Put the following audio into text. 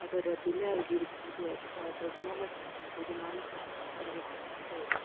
ಅದರ ಬೆಲೆ ಆಗಿರ್ಬೌದು ಅಥವಾ ಅದರ ಗುಣಮಟ್ಟ ಆಗಿರ್ಬೌದು ನಾನು ಕೊಟ್ಟ ಬೆಲೆಗೆ ತಕ್ಕಂತೆ ಇದೆ